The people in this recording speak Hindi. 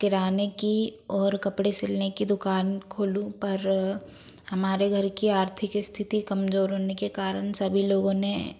किराने की और कपडे़ सिलने की दुकान खोलूँ पर हमारे घर की आर्थिक स्थिति कमजोर होने के कारण सभी लोगों ने